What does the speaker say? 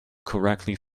correctly